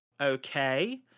okay